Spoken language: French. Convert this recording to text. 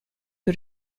que